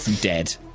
dead